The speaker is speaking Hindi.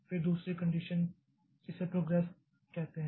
फिर दूसरी कंडीशन इसे प्रोग्रेस कहती है